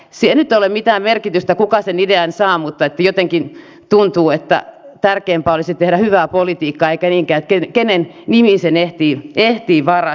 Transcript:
sillä nyt ei ole mitään merkitystä kuka sen idean saa mutta jotenkin tuntuu että tärkeämpää olisi tehdä hyvää politiikkaa eikä niinkään se kenen nimiin sen ehtii varastamaan